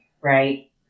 right